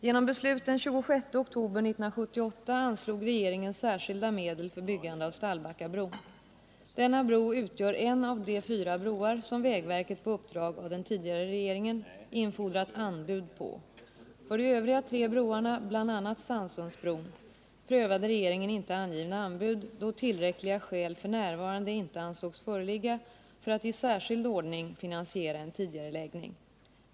Genom beslut den 26 oktober 1978 anslog regeringen särskilda medel för byggande av Stallbackabron. Denna bro utgör en av de fyra broar som vägverket på uppdrag av den tidigare regeringen infordrat anbud på. För de övriga tre broarna, bl.a. Sannsundsbron, prövade regeringen inte avgivna anbud, då tillräckliga skäl f. n. inte ansågs föreligga för att i särskild ordning finansiera en tidigareläggning.